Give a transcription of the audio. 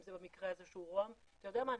אם זה במקרה הזה שהוא ראש הממשלה אתה יודע מה?